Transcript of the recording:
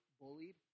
bullied